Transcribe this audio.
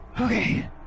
Okay